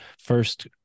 first